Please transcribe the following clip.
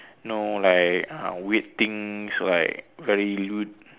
no like uh weird things like very lewd